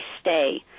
stay